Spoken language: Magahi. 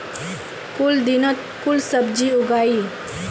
कुन दिनोत कुन सब्जी उगेई?